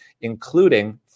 including